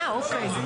מדורות.